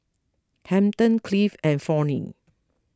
Hampton Cliff and Fronnie